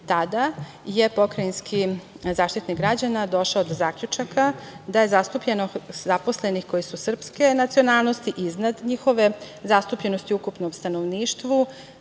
Tada je Pokrajinski zaštitnik građana došao do zaključka da je zaposlenih koji su srpske nacionalnosti izdan njihove zastupljenosti u ukupnom stanovništvu.